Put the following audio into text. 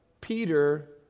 peter